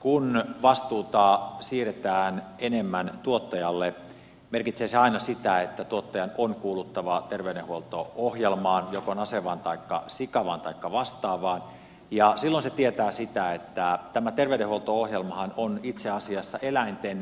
kun vastuuta siirretään enemmän tuottajalle merkitsee se aina sitä että tuottajan on kuuluttava terveydenhuolto ohjelmaan joko nasevaan taikka sikavaan taikka vastaavaan ja silloin se tietää sitä että tämä terveydenhuolto ohjelmahan on itse asiassa eläinten työterveyshuolto